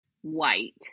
white